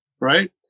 right